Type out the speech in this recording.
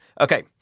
okay